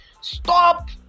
Stop